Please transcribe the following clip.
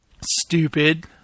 stupid